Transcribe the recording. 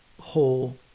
whole